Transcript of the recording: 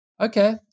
Okay